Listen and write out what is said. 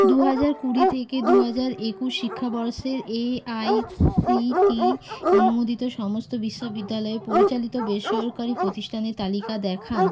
দু হাজার কুড়ি থেকে দু হাজার একুশ শিক্ষাবর্ষের এআইসিটিই অনুমোদিত সমস্ত বিশ্ববিদ্যালয় পরিচালিত বেসরকারি প্রতিষ্ঠানের তালিকা দেখান